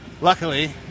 luckily